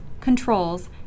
controls